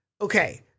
okay